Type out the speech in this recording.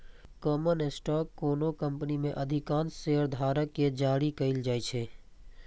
common stock कोनो company मे अधिकांश शेयरधारक कें जारी कैल जाइ छै